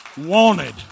Wanted